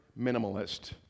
minimalist